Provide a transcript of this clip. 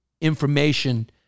information